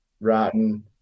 rotten